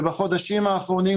ובחודשים האחרונים,